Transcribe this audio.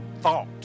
thought